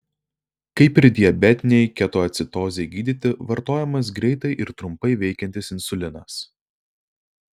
kaip ir diabetinei ketoacidozei gydyti vartojamas greitai ir trumpai veikiantis insulinas